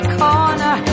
corner